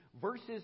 verses